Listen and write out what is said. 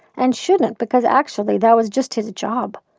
and shouldn't, because actually, that was just his job.